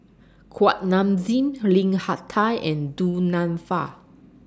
Kuak Nam Jin Lim Hak Tai and Du Nanfa